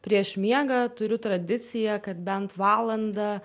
prieš miegą turiu tradiciją kad bent valandą